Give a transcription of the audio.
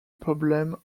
problem